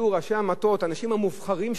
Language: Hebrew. האנשים המובחרים שבעם ישראל,